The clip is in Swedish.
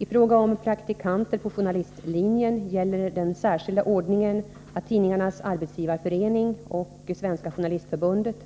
I fråga om praktikanter på journalistlinjen gäller den särskilda ordningen att Tidningarnas arbetsgivareförening och Svenska journalistförbundet